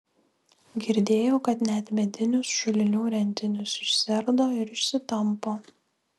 girdėjau kad net medinius šulinių rentinius išsiardo ir išsitampo